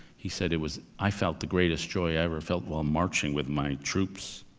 he said it was, i felt the greatest joy ever felt while marching with my troops.